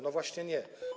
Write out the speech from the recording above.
No właśnie nie.